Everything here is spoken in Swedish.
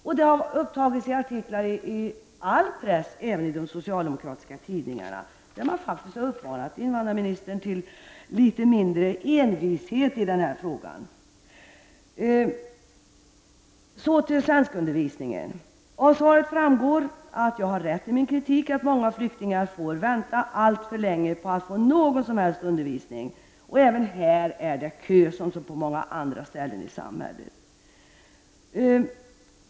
Frågan har tagits upp i artiklar i all press, även i de socialdemokratiska tidningarna, där man faktiskt har uppmanat invandrarministern till litet mindre envishet i den här frågan. Av svaret framgår att jag har rätt i min kritik när det gäller svenskundervisningen. Många flyktingar får vänta alltför länge på att få undervisning. På detta område är det kö, liksom på många andra håll i samhället.